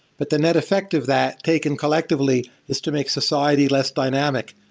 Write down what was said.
but the net effect of that taken collectively, is to make society less dynamic.